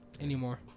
Anymore